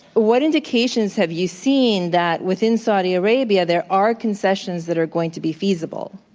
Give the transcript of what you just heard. what indications have you seen that, within saudi arabia, there are concessions that are going to be feasible?